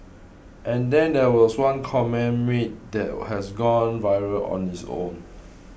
and then there was one comment made that has gone viral on its own